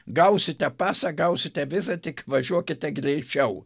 gausite pasą gausite visą tik važiuokite greičiau